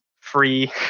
free